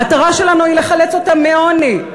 המטרה שלנו היא לחלץ אותם מעוני.